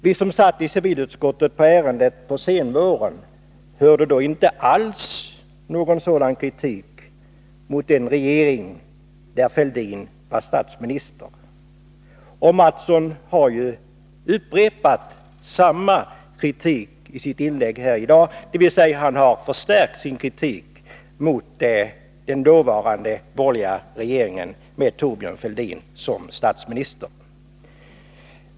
Vi som på senvåren behandlade ärendet i civilutskottet hörde då inte alls någon sådan kritik mot den regering där Thorbjörn Fälldin var statsminister, och Kjell Mattsson har ju upprepat samma kritik i dagens inlägg, dvs. han har förstärkt sin kritik mot den dåvarande borgerliga regeringen med Thorbjörn Fälldin som statsminister.